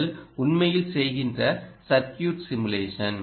நீங்கள் உண்மையில் செய்கிற சர்க்யூட் சிமுலேஷன்